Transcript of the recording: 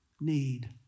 need